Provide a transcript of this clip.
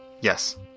Yes